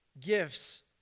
gifts